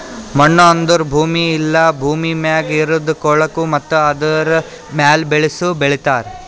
ಮಣ್ಣು ಅಂದುರ್ ಭೂಮಿ ಇಲ್ಲಾ ಭೂಮಿ ಮ್ಯಾಗ್ ಇರದ್ ಕೊಳಕು ಮತ್ತ ಇದುರ ಮ್ಯಾಲ್ ಬೆಳಿನು ಬೆಳಿತಾರ್